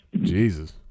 jesus